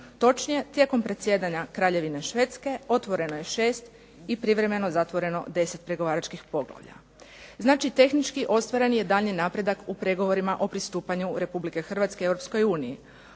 točnije tijekom predsjedanja Kraljevine Švedske otvoreno je 6 i privremeno zatvoreno 10 pregovaračkih poglavlja. Znači tehnički ostvaren je daljnji napredak u pregovorima o pristupanju Republike Hrvatske Europskoj uniji,